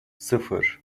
sıfır